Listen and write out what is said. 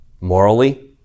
Morally